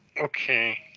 Okay